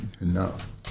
enough